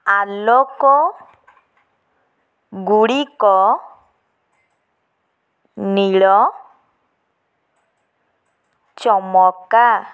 ଆଲୋକ ଗୁଡ଼ିକ ନୀଳ ଚମକା